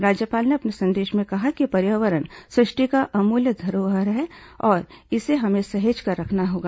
राज्यपाल ने अपने संदेश में कहा है कि पर्यावरण सुष्टि का अमूल्य उपहार है और इसे हमें सहेज कर रखना होगा